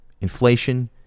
Inflation